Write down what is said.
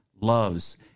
loves